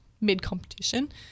mid-competition